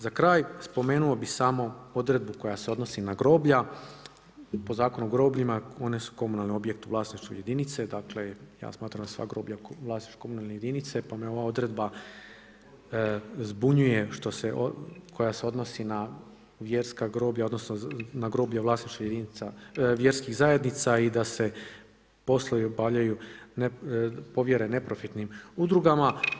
Za kraj, spomenuo bih samo odredbu koja se odnosi na groblja, po Zakonu o grobljima one su komunalni objekt u vlasništvu jedinice, dakle ja smatram da su sva groblja u vlasništvu komunalne jedinice pa me ova odredba zbunjuje koja se odnosi na vjerska groblja, odnosno na groblja u vlasništvu jedinica, vjerskih zajednica i da se poslovi obavljaju, povjere neprofitnim udrugama.